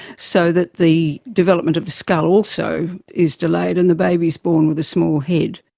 so that the development of the skull also is delayed and the baby is born with a small head.